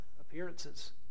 appearances